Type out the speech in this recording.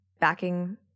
backing